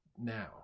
now